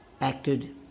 acted